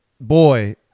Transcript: boy